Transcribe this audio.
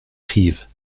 reeves